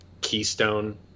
keystone